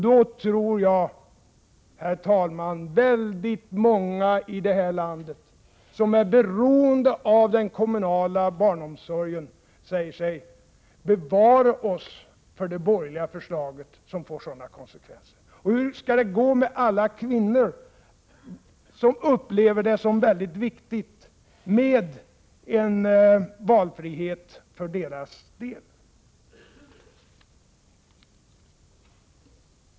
Då tror jag att väldigt många i det här landet som är beroende av den kommunala barnomsorgen säger sig: Bevare oss för det borgerliga förslaget, som får sådana konsekvenser! Och hur skall det gå med alla kvinnor som upplever det som väldigt viktigt med en valfrihet för sin del?